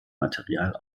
material